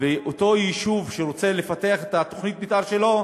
ואותו יישוב שרוצה לפתח את תוכנית המתאר שלו,